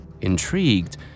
Intrigued